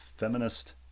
feminist